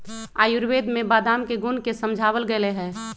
आयुर्वेद में बादाम के गुण के समझावल गैले है